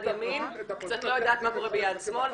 ימין קצת לא יודעת מה קורה ביד שמאל.